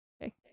Okay